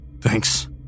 Thanks